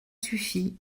suffi